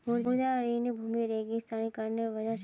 मृदा क्षरण भूमि रेगिस्तानीकरनेर वजह छेक